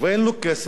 מה אני אסביר לו?